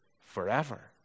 forever